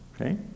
Okay